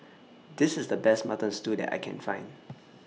This IS The Best Mutton Stew that I Can Find